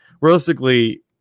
realistically